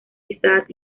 isaac